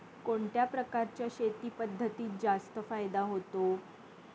कोणत्या प्रकारच्या शेती पद्धतीत जास्त फायदा होतो?